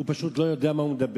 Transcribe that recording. הוא פשוט לא יודע מה הוא מדבר.